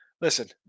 Listen